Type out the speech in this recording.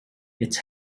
its